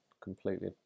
completely